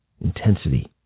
intensity